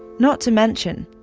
not to mention,